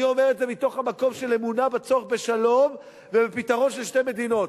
אני אומר את זה מהמקום של אמונה בצורך בשלום ובפתרון של שתי מדינות.